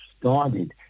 started